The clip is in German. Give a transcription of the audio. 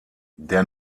der